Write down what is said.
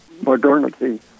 modernity